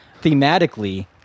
Thematically